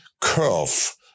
curve